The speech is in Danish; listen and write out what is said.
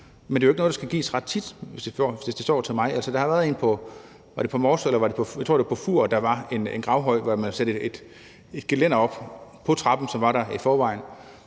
Men det er jo ikke noget, der skal gives ret tit, hvis det står til mig. Altså, der har været en på Fur, tror jeg det var, hvor der var en gravhøj, hvor man satte et gelænder op på trappen, som var der i forvejen